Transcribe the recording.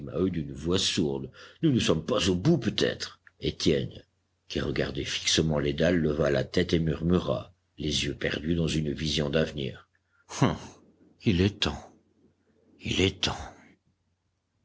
maheu d'une voix sourde nous ne sommes pas au bout peut-être étienne qui regardait fixement les dalles leva la tête et murmura les yeux perdus dans une vision d'avenir ah il est temps il est temps